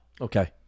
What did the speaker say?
okay